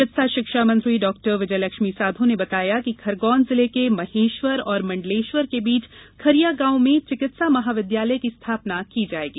चिकित्सा शिक्षा मंत्री डॉक्टर विजयलक्ष्मी साधो ने बताया है कि खरगोन जिले के महेश्वर और मंडलेश्वर के बीच खरीया गांव में चिकित्सा महाविद्यालय की स्थापना की जाएगी